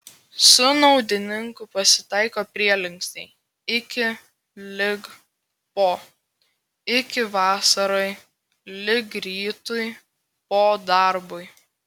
su naudininku pasitaiko prielinksniai iki lig po iki vasarai lig rytui po darbui